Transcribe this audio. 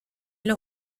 los